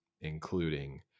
including